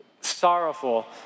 Sorrowful